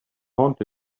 haunted